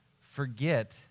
forget